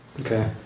Okay